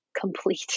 complete